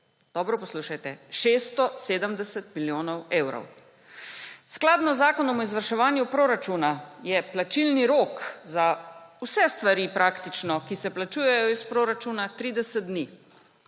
dobro poslušajte − 670 milijonov evrov. Skladno z zakonom o izvrševanju proračunov je plačilni rok praktično za vse stvari, ki se plačujejo iz proračuna, 30 dni.